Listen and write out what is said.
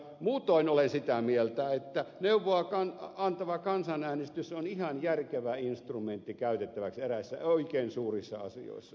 muutoin olen sitä mieltä että neuvoa antava kansanäänestys on ihan järkevä instrumentti käytettäväksi eräissä oikein suurissa asioissa